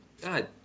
God